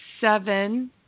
seven